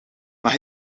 maar